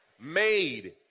made